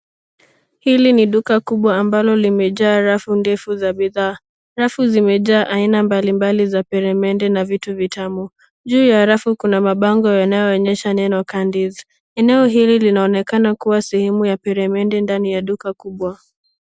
Hili ni duka kubwa ambalo limejaa rafu ndefu za bidhaa. Rafu zimejaa aina mbalimbali za peremende na vitu vitamu. Juu ya rafu kuna mabango yanayoonyesha neno candies . Eneo hili linaonekana kuwa sehemu ya peremende ndani ya duka kubwa.